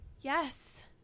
Yes